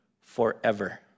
forever